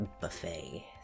buffet